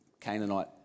Canaanite